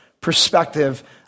perspective